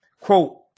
quote